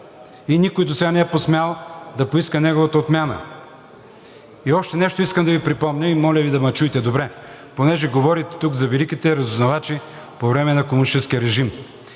и никой досега не е посмял да поиска неговата отмяна. И още нещо искам да Ви припомня, и моля Ви да ме чуете добре. Понеже говорите тук за великите разузнавачи по време на комунистическия режим,